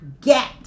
get